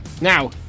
Now